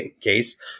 case